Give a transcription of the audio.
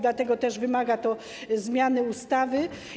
Dlatego też wymaga to zmiany ustawy.